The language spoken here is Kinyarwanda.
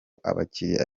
abakiriya